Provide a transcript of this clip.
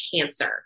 cancer